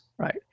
Right